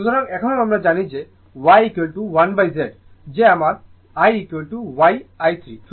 সুতরাং এখন আমরা জানি যে Y1Z যে আমার IY i 3